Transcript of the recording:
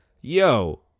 Yo